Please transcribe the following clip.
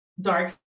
dark